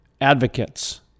advocates